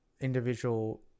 individual